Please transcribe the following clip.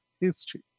history